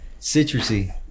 citrusy